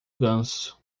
ganso